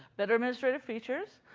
better administrative features.